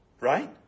Right